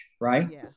right